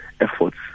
efforts